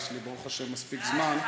ברוך השם יש לי מספיק זמן,